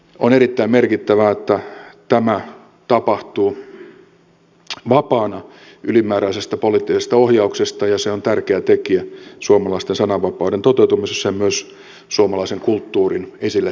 on erittäin merkittävää että tämä tapahtuu vapaana ylimääräisestä poliittisesta ohjauksesta ja se on tärkeä tekijä suomalaisten sananvapauden toteutumisessa ja myös suomalaisen kulttuurin esille tuomisessa